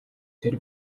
тэр